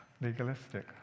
legalistic